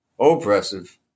oppressive